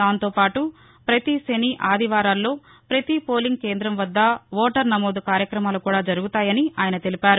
దాంతోపాటు ప్రతి శని ఆది వారాల్లో పతి పోలింగ్ కేంద్రం వద్ద ఓటరు నమోదు కార్యక్రమాలు కూడా జరుగుతాయని ఆయన తెలిపారు